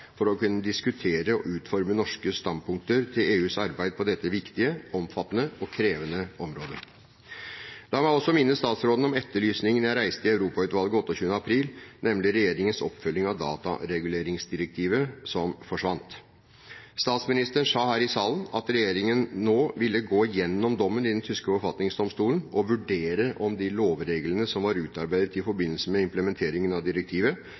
for å kunne diskutere og utforme norske standpunkter til EUs arbeid på dette viktige, omfattende og krevende området. La meg også minne statsråden om etterlysningen jeg reiste i Europautvalget 28. april, nemlig regjeringens oppfølging av datalagringsdirektivet som forsvant. Statsministeren sa her i salen at regjeringen nå ville gå gjennom dommen i den tyske forfatningsdomstolen og vurdere om de lovreglene som var utarbeidet i forbindelse med implementeringen av direktivet,